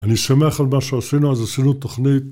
אני שמח על מה שעשינו, אז עשינו תכנית